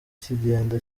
kigenda